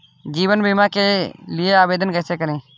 जीवन बीमा के लिए आवेदन कैसे करें?